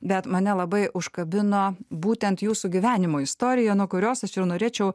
bet mane labai užkabino būtent jūsų gyvenimo istorija nuo kurios aš ir norėčiau